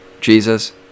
Jesus